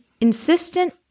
insistent